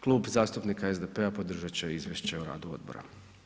Klub zastupnika SDP-a podržat će izvješće o radu odbora.